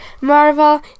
Marvel